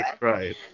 Right